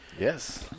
Yes